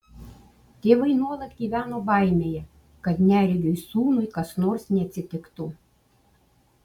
tėvai nuolat gyveno baimėje kad neregiui sūnui kas nors neatsitiktų